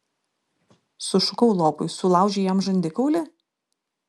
sušukau lopui sulaužei jam žandikaulį